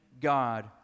God